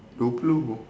dua puluh